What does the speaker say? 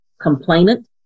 complainant